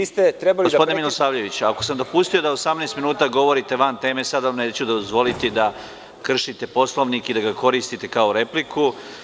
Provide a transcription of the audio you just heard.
Gospodine Milisavljeviću, ako sam dopustio da 18 minuta govorite van teme, sada vam neću dozvoliti da kršite Poslovnik i da ga koristite kao repliku.